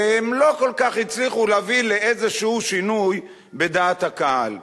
והם לא כל כך הצליחו להביא לאיזה שינוי בדעת הקהל.